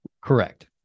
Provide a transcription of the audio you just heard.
Correct